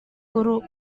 guru